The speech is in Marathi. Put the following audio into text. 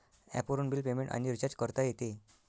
ॲपवरून बिल पेमेंट आणि रिचार्ज करता येते